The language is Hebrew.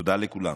תודה לכולם.